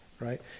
right